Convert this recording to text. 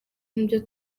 nibyo